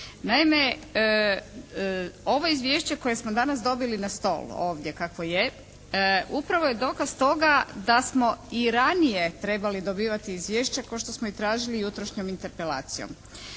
Naime, ovo izvješće koje smo danas dobili na stol ovdje kakvo je upravo je dokaz toga da smo i ranije trebali dobivati izvješće kao što smo i tražili jutrošnjom Interpelacijom.